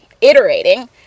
iterating